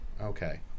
okay